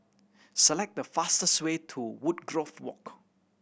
select the fastest way to Woodgrove Walk